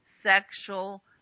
sexual